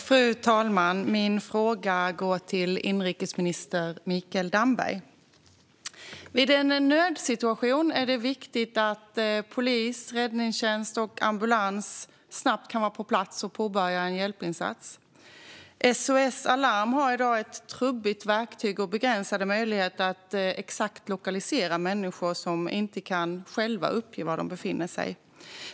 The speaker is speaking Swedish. Fru talman! Min fråga går till inrikesminister Mikael Damberg. Vid en nödsituation är det viktigt att polis, räddningstjänst och ambulans snabbt kan vara på plats för att påbörja en hjälpinsats. SOS Alarm har i dag ett trubbigt verktyg och begränsade möjligheter att exakt lokalisera människor som inte själva kan uppge var de befinner sig.